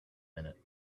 minute